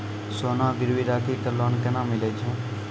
सोना गिरवी राखी कऽ लोन केना मिलै छै?